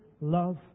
love